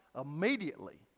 immediately